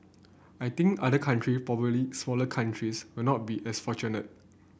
I think other country particularly smaller countries will not be as fortunate